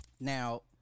Now